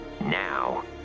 Now